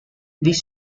this